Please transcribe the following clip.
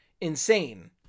insane